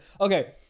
Okay